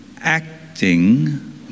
acting